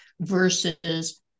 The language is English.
versus